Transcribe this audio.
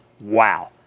Wow